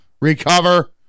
recover